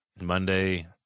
Monday